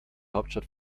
hauptstadt